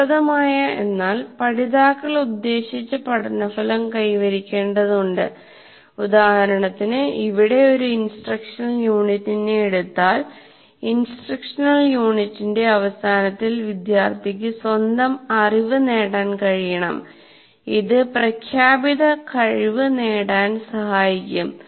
ഫലപ്രദമായ എന്നാൽ പഠിതാക്കൾ ഉദ്ദേശിച്ച പഠന ഫലം കൈവരിക്കേണ്ടതുണ്ട് ഉദാഹരണത്തിന് ഇവിടെ ഒരു ഇൻസ്ട്രക്ഷണൽ യൂണിറ്റിനെ എടുത്താൽ ഇൻസ്ട്രക്ഷണൽ യൂണിറ്റിന്റെ അവസാനത്തിൽ വിദ്യാർത്ഥിക്ക് സ്വന്തം അറിവ് നേടാൻ കഴിയണം അത് പ്രഖ്യാപിത കഴിവ് നേടാൻ സഹായിക്കും